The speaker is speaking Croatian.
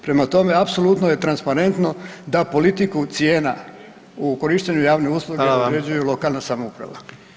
Prema tome, apsolutno je transparentno da politiku cijena u korištenju javne usluge određuje lokalna samouprava.